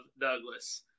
Douglas